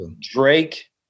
Drake